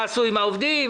מה עשו עם העובדים.